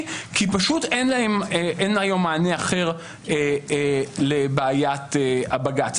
כי פשוט אין היום מענה אחר לבעיית הבג"צ.